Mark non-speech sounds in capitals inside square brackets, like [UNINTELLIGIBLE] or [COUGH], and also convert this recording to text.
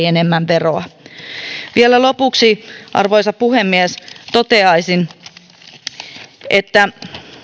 [UNINTELLIGIBLE] enemmän veroa vielä lopuksi arvoisa puhemies toteaisin että